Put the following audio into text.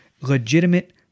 legitimate